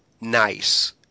nice